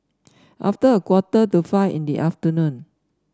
after a quarter to five in the afternoon